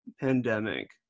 pandemic